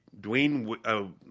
Dwayne –